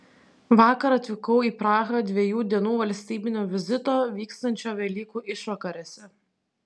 vakar atvykau į prahą dviejų dienų valstybinio vizito vykstančio velykų išvakarėse